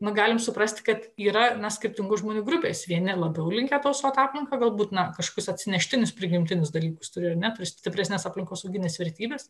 na galim suprasti kad yra na kitų žmonių grupes vieni labiau linkę tausot aplinką galbūt na kažkokius atsineštinius prigimtinius dalykus turi ar ne stipresnes aplinkosaugines vertybes